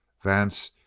vance,